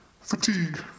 fatigue